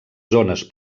zones